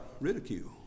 ridicule